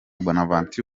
bonaventure